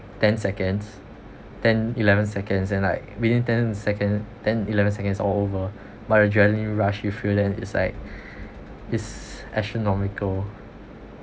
ten seconds ten eleven seconds then like within ten seconds ten eleven seconds is all over but the adrenaline rush you feel then is like is astronomical